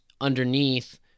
underneath